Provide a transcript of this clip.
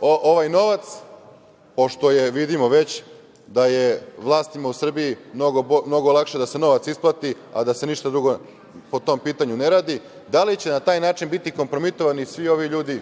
ovaj novac, pošto je, vidimo već, vlastima u Srbiji mnogo bolje da se novac isplati, a da se ništa drugo po tom pitanju ne radi, da li će na taj način biti kompromitovani svi ovi ljudi